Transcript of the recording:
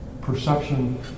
perception